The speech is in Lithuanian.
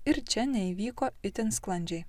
ir čia neįvyko itin sklandžiai